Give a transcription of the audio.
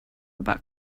about